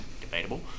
debatable